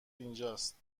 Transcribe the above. اینجاست